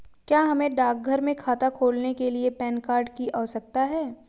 क्या हमें डाकघर में खाता खोलने के लिए पैन कार्ड की आवश्यकता है?